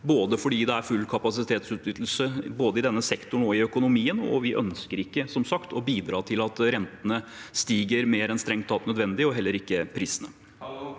fordi det er full kapasitetsutnyttelse både i denne sektoren og i økonomien, og vi ønsker ikke, som sagt, å bidra til at rentene stiger mer enn strengt tatt nødvendig, og heller ikke prisene.